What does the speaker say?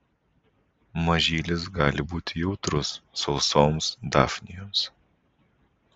mažylis gali būti jautrus sausoms dafnijoms